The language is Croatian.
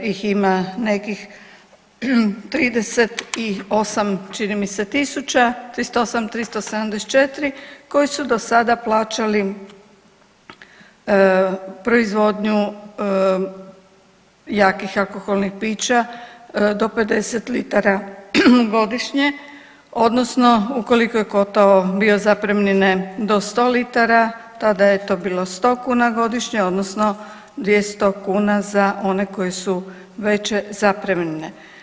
ih ima nekih 38 čini mi se tisuća, 38374 koji su do sada plaćali proizvodnju jakih alkoholnih pića do 50 litara godišnje, odnosno ukoliko je kotao bio zapremnine do sto litara tada je to bilo sto kuna godišnje, odnosno 200 kuna za one koji su veće zapremnine.